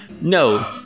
No